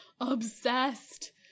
Obsessed